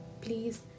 please